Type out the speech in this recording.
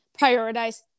prioritize